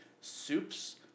soups